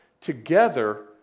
Together